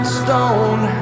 stone